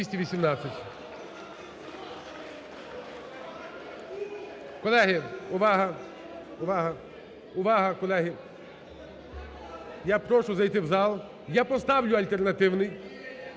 Колеги, увага! Увага! Увага, колеги! Я прошу зайти в зал. Я поставлю альтернативний.